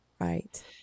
Right